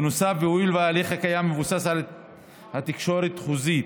בנוסף, הואיל וההליך הקיים מבוסס על התקשרות חוזית